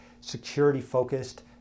security-focused